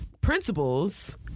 principles